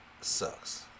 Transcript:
sucks